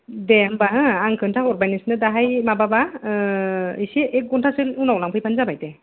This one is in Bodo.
दे होनबा हो आं खोन्था हरबाय नोंसिनो दाहाय माबाबा एसे एक घन्टासो नि उनाव लांफैबानो जाबाय दे